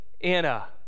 Anna